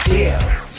Seals